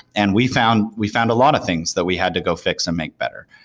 and we found we found a lot of things that we had to go fix and make better.